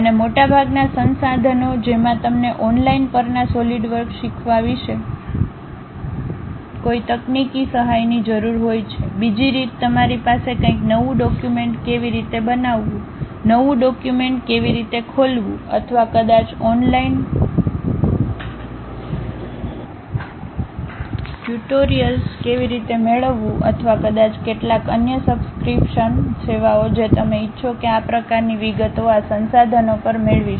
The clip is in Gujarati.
અને મોટાભાગનાં સંસાધનો જેમાં તમને ઓનલાઇન પરના સોલિડવર્ક શીખવા વિશે કોઈ તકનીકી સહાયની જરૂર હોય છે બીજી રીત તમારી પાસે કંઈક નવું ડોક્યુમેન્ટ કેવી રીતે બનાવવું નવું ડોક્યુમેન્ટ કેવી રીતે ખોલવું અથવા કદાચ ઓનલાઇન ટ્યુટોરિયલ્સ કેવી રીતે મેળવવું અથવા કદાચ કેટલાક અન્ય સબ્સ્ક્રિપ્શન સેવાઓ જે તમે ઇચ્છો કે આ પ્રકારની વિગતો આ સંસાધનો પર મેળવીશું